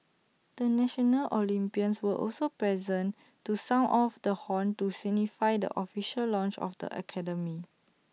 the national Olympians were also present to sound off the horn to signify the official launch of the academy